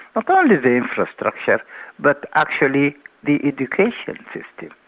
ah only the infrastructure but actually the education system.